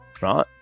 right